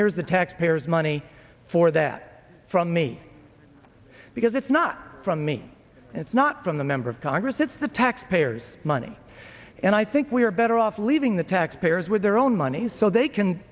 here's the taxpayers money for that from me because it's not from me it's not from the member of congress it's the taxpayers money and i think we are better off leaving the taxpayers with their own money so they can